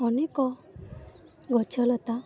ଅନେକ ଗଛଲତା